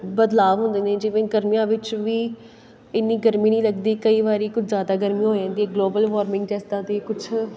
ਬਦਲਾਅ ਹੁੰਦੇ ਨੇ ਜਿਵੇਂ ਗਰਮੀਆਂ ਵਿੱਚ ਵੀ ਇੰਨੀ ਗਰਮੀ ਨਹੀਂ ਲੱਗਦੀ ਕਈ ਵਾਰੀ ਕੁਝ ਜ਼ਿਆਦਾ ਗਰਮੀ ਹੋ ਜਾਂਦੀ ਗਲੋਬਲ ਵਾਰਮਿੰਗ ਜਿਸ ਤਰ੍ਹਾਂ ਦੀ ਕੁਛ